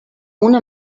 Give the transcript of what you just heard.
una